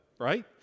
right